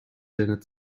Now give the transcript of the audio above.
zinnen